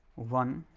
one